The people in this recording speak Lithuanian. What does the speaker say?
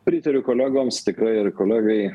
pritariu kolegoms tikrai ir kolegai